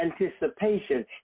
anticipation